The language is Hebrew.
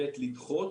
ב' לדחות.